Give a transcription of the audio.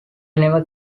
never